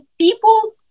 people